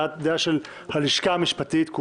דעת הלשכה המשפטית כולה,